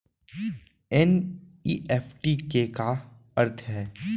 NEFT के का अर्थ है?